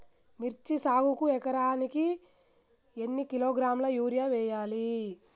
మిర్చి సాగుకు ఎకరానికి ఎన్ని కిలోగ్రాముల యూరియా వేయాలి?